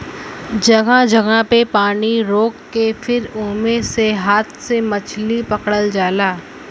जगह जगह पे पानी रोक के फिर ओमे से हाथ से मछरी पकड़ल जाला